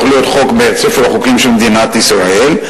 להיות חוק בספר החוקים של מדינת ישראל,